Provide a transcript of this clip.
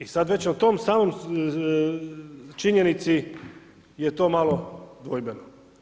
I sad već na toj samoj činjenici je to malo dvojbeno.